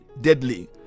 deadly